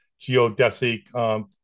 geodesic